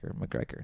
McGregor